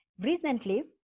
Recently